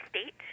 state